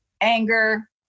anger